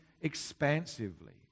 expansively